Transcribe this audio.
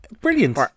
brilliant